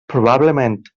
probablement